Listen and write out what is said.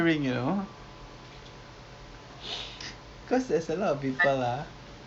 kencang seh then kenapa mak dia doktor mak dia pun macam tak nak take her out you know